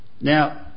Now